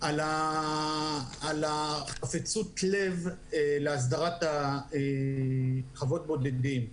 על חפצות הלב להסדרת חוות בודדים.